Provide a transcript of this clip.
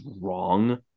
wrong